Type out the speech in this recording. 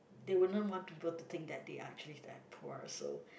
they wouldn't want people to think that they are actually that poor also